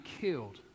killed